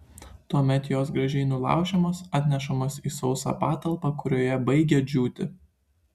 tuomet jos gražiai nulaužiamos atnešamos į sausą patalpą kurioje baigia džiūti